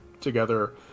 together